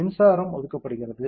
மின்சாரம் ஒதுக்கப்படுகிறது